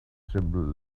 simple